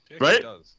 Right